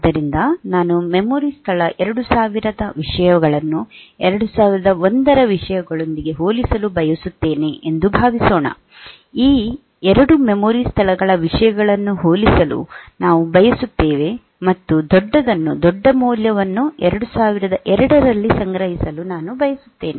ಆದ್ದರಿಂದ ನಾನು ಮೆಮೊರಿ ಸ್ಥಳ 2000 ರ ವಿಷಯಗಳನ್ನು 2001 ರ ವಿಷಯಗಳೊಂದಿಗೆ ಹೋಲಿಸಲು ಬಯಸುತ್ತೇನೆ ಎಂದು ಭಾವಿಸೋಣ ಈ 2 ಮೆಮೊರಿ ಸ್ಥಳಗಳ ವಿಷಯಗಳನ್ನು ಹೋಲಿಸಲು ನಾವು ಬಯಸುತ್ತೇವೆ ಮತ್ತು ದೊಡ್ಡದನ್ನು ದೊಡ್ಡ ಮೌಲ್ಯವನ್ನು 2002 ರಲ್ಲಿ ಸಂಗ್ರಹಿಸಲು ನಾನು ಬಯಸುತ್ತೇನೆ